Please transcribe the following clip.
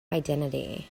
identity